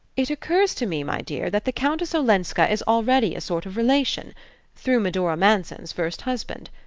it occurs to me, my dear, that the countess olenska is already a sort of relation through medora manson's first husband.